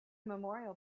memorial